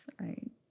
right